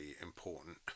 important